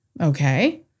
Okay